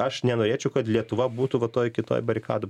aš nenorėčiau kad lietuva būtų va toj kitoj barikadų